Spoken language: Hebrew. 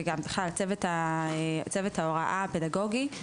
וצוות ההוראה הפדגוגי בכלל,